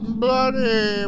bloody